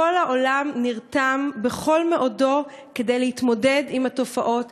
כל העולם נרתם בכל מאודו להתמודד עם התופעות,